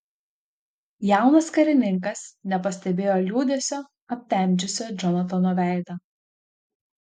jaunas karininkas nepastebėjo liūdesio aptemdžiusio džonatano veidą